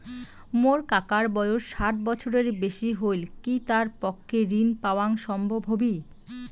মোর কাকার বয়স ষাট বছরের বেশি হলই কি তার পক্ষে ঋণ পাওয়াং সম্ভব হবি?